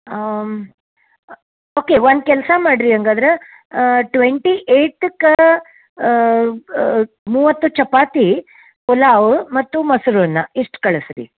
ಹಾಂ ಓಕೆ ಒಂದು ಕೆಲಸ ಮಾಡಿರಿ ಹಾಗಾದ್ರೆ ಟ್ವೆಂಟಿ ಏಯ್ತಕ್ಕೆ ಮೂವತ್ತು ಚಪಾತಿ ಪುಲಾವ್ ಮತ್ತು ಮೊಸರು ಅನ್ನ ಇಷ್ಟು ಕಳಿಸ್ರಿ